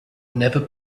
never